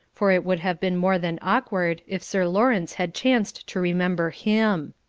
for it would have been more than awkward if sir lawrence had chanced to remember him.